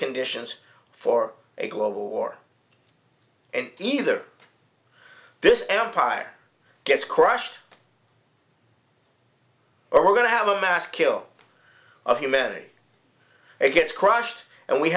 conditions for a global war and either this empire gets crushed or we're going to have a mass kill of humanity it gets crushed and we